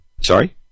Sorry